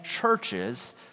churches